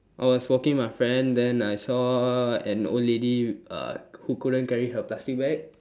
I was walking with my friend then I saw an old lady uh who couldn't carry her plastic bag